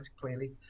clearly